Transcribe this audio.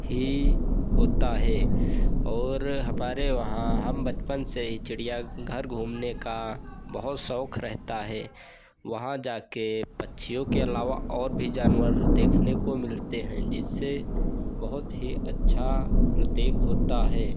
ही होता हे और हमारे वहाँ हम बचपन से ही चिड़ियाघर घूमने का बहुत शौक रहता है वहाँ जाकर पक्षियों के अलावा और भी जानवर देखने को मिलते हैं जिससे बहुत ही अच्छा प्रतीत होता है